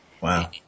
Wow